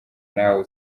nawe